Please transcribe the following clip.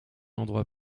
endroit